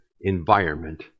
environment